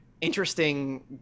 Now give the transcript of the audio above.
interesting